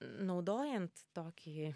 naudojant tokį